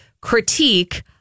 critique